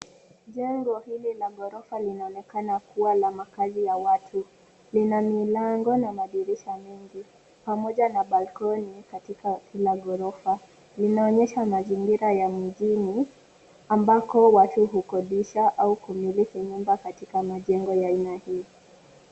Jengo hili la ghorofa linaonekana kuwa la makaazi ya watu. Lina milango na madirisha mengi pamoja na balcony katika kila ghorofa. Linaonyesha mazingira ya mjini ambako watu hukodisha au kumiliki nyumba katika majengo ya aina hii.